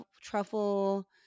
truffle